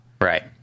Right